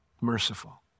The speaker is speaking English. Merciful